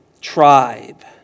tribe